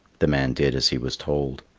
the man did as he was told.